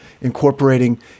incorporating